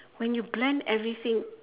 when you blend everything